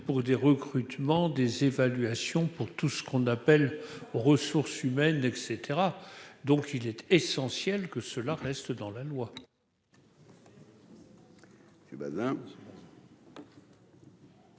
pour des recrutements, des évaluations pour tout ce qu'on appelle aux ressources humaines et caetera, donc il est essentiel que cela reste dans la loi.